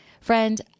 Friend